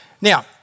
Now